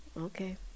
okay